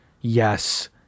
Yes